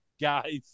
guys